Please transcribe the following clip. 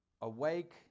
awake